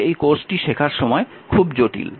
তবে এই কোর্সটি শেখার সময় খুব জটিল